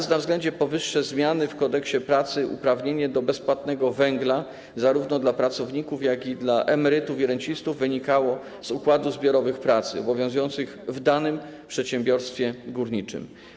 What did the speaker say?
Ze względu na powyższe zmiany w Kodeksie pracy uprawnienie do bezpłatnego węgla zarówno dla pracowników, jak i dla emerytów i rencistów wynikało z układów zbiorowych pracy obowiązujących w danym przedsiębiorstwie górniczym.